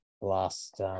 last